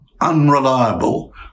unreliable